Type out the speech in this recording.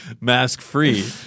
mask-free